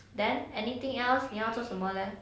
then anything else 你要做什么 leh